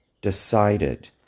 decided